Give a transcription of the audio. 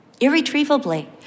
irretrievably